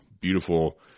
Beautiful